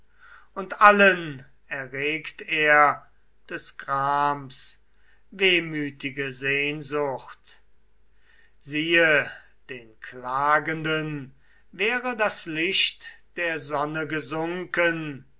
und allen erregt er des grams wehmütige sehnsucht siehe den klagenden wäre das licht der sonne gesunken